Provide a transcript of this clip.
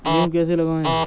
गेहूँ कैसे लगाएँ?